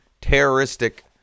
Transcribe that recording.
terroristic